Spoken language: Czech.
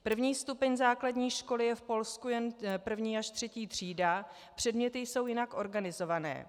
První stupeň základní školy je v Polsku jen první až třetí třída, předměty jsou jinak organizovány.